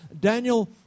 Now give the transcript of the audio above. Daniel